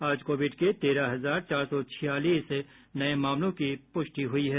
आज कोविड के तेरह हजार चार सौ छियालीस नये मामलों की प्रष्टि हुई है